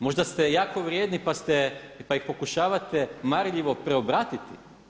Možda ste jako vrijedni pa ste, pa ih pokušavate marljivo preobratiti?